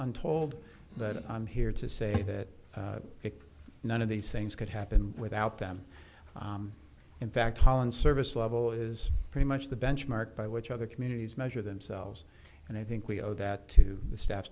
untold but i'm here to say that none of these things could happen without them in fact hollin service level is pretty much the benchmark by which other communities measure themselves and i think we owe that to the staff